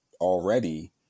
already